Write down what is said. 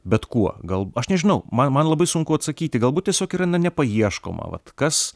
bet kuo gal aš nežinau man man labai sunku atsakyti galbūt tiesiog yra na nepaieškoma vat kas